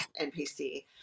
NPC